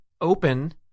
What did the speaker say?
open